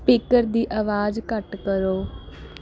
speaker ਦੀ ਆਵਾਜ਼ ਘੱਟ ਕਰੋ